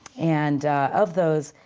and of those,